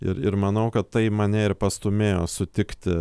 ir ir manau kad tai mane ir pastūmėjo sutikti